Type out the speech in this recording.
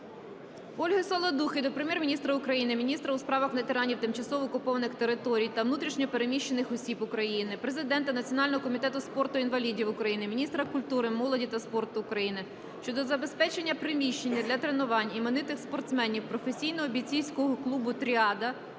Ольги Саладухи до Прем'єр-міністра України, міністра у справах ветеранів, тимчасово окупованих територій та внутрішньо переміщених осіб України, президента Національного комітету спорту інвалідів України, міністра культури, молоді та спорту України щодо забезпечення приміщеннями для тренувань іменитих спортсменів Професійного бійцівського клубу "Тріада"